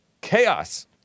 chaos